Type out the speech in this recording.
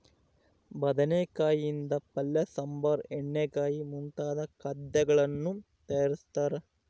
ಬದನೆಕಾಯಿ ಯಿಂದ ಪಲ್ಯ ಸಾಂಬಾರ್ ಎಣ್ಣೆಗಾಯಿ ಮುಂತಾದ ಖಾದ್ಯಗಳನ್ನು ತಯಾರಿಸ್ತಾರ